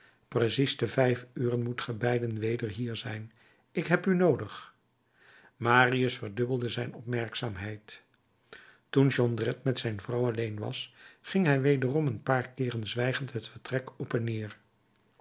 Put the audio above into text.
precies te vijf uren moet ge beiden weder hier zijn ik heb u noodig marius verdubbelde zijn opmerkzaamheid toen jondrette met zijn vrouw alleen was ging hij wederom een paar keeren zwijgend het vertrek op en neer